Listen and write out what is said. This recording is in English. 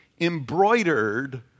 embroidered